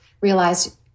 realize